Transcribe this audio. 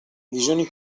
visioni